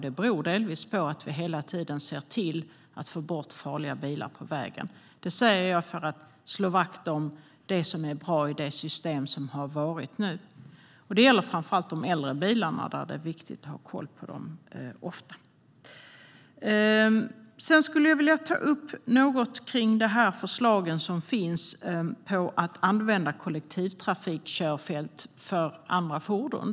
Det beror delvis på att vi hela tiden ser till att få bort farliga bilar från vägarna. Det säger jag för att slå vakt om det som är bra i det system som vi har haft. Det gäller framför allt de äldre bilarna, och det är viktigt att ha koll på dem ofta. Jag ska säga något om förslagen som finns om att använda kollektivtrafikkörfält för andra fordon.